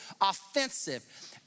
offensive